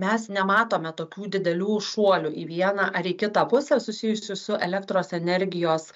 mes nematome tokių didelių šuolių į vieną ar į kitą pusę susijusių su elektros energijos